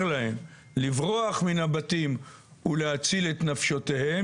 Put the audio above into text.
להם לברוח מן הבתים ולהציל את נפשותיהם,